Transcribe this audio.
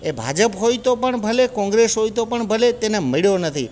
એ ભાજપ હોય તો પણ ભલે કોંગ્રેસ હોય તો પણ ભલે તેને મળ્યો નથી